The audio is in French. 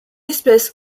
espèce